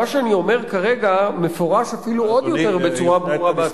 מה שאני אומר כרגע מפורש אפילו עוד יותר בצורה ברורה בהצעת,